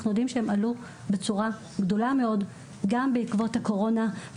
אנחנו יודעים שהן עלו בצורה גדולה מאוד גם בעקבות הקורונה,